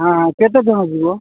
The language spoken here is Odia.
ହଁ କେତେଜଣ ଯିବ